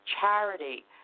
Charity